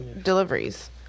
Deliveries